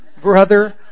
Brother